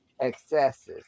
excesses